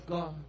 God